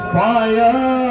fire